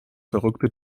verrückte